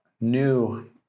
new